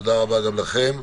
תודה רבה גם לכם.